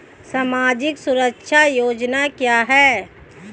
सामाजिक सुरक्षा योजना क्या है?